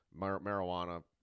marijuana